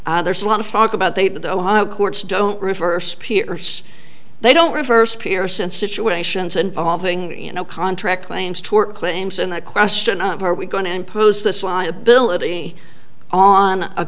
there's a lot of talk about they the ohio courts don't reverse peers they don't reverse pearson situations involving you know contract claims tort claims and the question of are we going to impose this liability on a